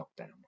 lockdown